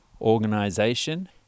organization